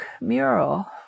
mural